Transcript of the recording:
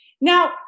now